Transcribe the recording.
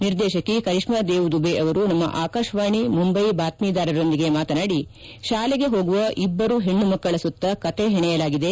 ನಿದೇಶಕಿ ಕರೀಷ್ನಾ ದೇವ್ ದುಬೆ ಅವರು ನಮ್ನ ಆಕಾಶವಾಣಿ ಮುಂಬ್ಲೆ ಬಾತ್ತೀದಾರರೊಂದಿಗೆ ಮಾತನಾಡಿ ಶಾಲೆಗೆ ಹೋಗುವ ಇಬ್ಲರು ಹೆಣ್ಣು ಮಕ್ಕಳ ಸುತ್ತ ಕಥೆ ಹೆಣೆಯಲಾಗಿದೆ